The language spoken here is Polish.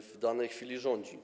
w danej chwili rządzi.